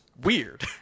weird